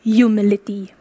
humility